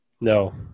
No